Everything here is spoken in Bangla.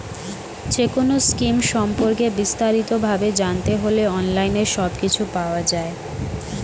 যেকোনো স্কিম সম্পর্কে বিস্তারিত ভাবে জানতে হলে অনলাইনে সবকিছু পাওয়া যায়